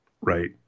Right